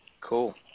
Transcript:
Cool